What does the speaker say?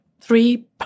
three